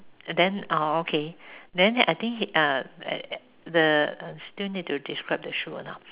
then uh okay then I think uh the still need to describe the shoe or not